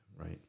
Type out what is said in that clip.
right